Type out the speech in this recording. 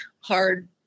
hard